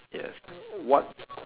yes what